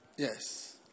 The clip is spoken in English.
Yes